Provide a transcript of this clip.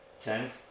Ten